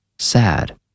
sad